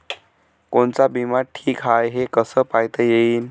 कोनचा बिमा ठीक हाय, हे कस पायता येईन?